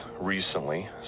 recently